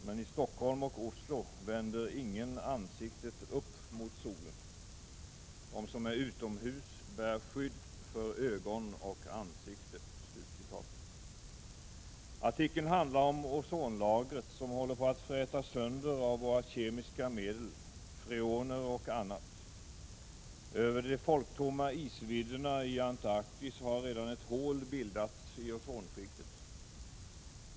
Men i Stockholm och Oslo vänder ingen ansiktet upp mot solen. De som är utomhus bär skydd för ögon och ansikte.” Artikeln handlar om ozonlagret, som håller på att frätas sönder av kemiska medel, freoner och annat. Över de folktomma isvidderna i Antarktis har redan ett ”hål” bildats i ozonskiktet.